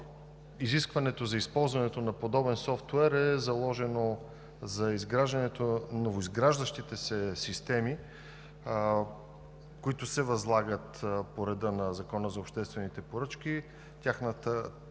Изискването за използването на подобен софтуер е заложено за новоизграждащите се системи, които се възлагат по реда на Закона за обществените поръчки. Целта